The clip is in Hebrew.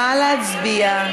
נא להצביע.